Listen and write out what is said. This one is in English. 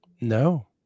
No